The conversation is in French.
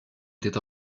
était